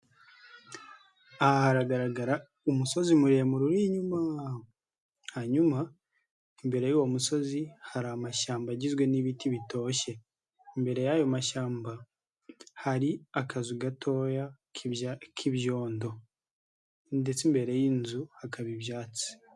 Aha haragaragara umusozi muremure uri inyuma hanyuma imbere y'uwo musozi hari amashyamba agizwe n'ibiti bitoshye imbere y'ayo mashyamba hari akazu gatoya k'ibyondo ndetse imbere y'inzu hakaba ibyatsi.